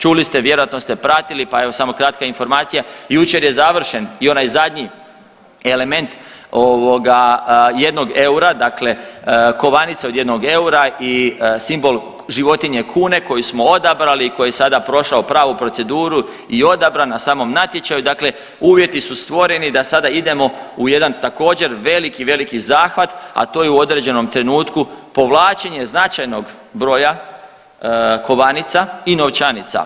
Čuli ste, vjerojatno ste pratili pa evo samo kratka informacija, jučer je završen i onaj zadnji element jednog eura, dakle kovanice od jednog eura i simbol životinje kune koju smo odabrali i koji je sada prošao pravu proceduru i odabran na samom natječaju, dakle uvjeti su stvoreni da sada idemo u jedan također, veliki, veliki zahvat, a to je u određenom trenutku povlačenje značajnog broja kovanica i novčanica.